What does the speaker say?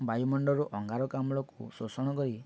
ବାୟୁମଣ୍ଡଳରୁ ଅଙ୍ଗାରକାମ୍ଳକୁ ଶୋଷଣ କରି